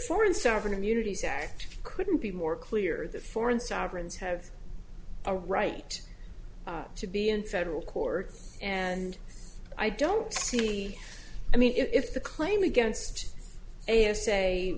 foreign sovereign immunity that couldn't be more clear the foreign sovereigns have a right to be in federal court and i don't see i mean if the claim against a